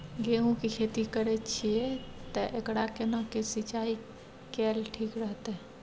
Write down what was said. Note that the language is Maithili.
गेहूं की खेती करे छिये ते एकरा केना के सिंचाई कैल ठीक रहते?